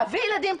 להביא ילדים,